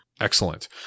Excellent